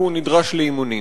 כי הוא נדרש לאימונים.